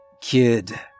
kid